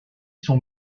son